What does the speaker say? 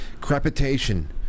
Crepitation